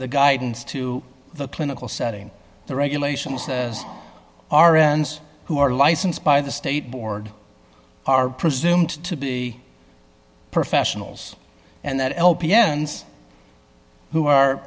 the guidance to the clinical setting the regulations as aryans who are licensed by the state board are presumed to be professionals and that l p n s who are